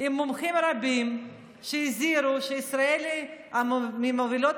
עם מומחים רבים שהזהירו שישראל היא מהמובילות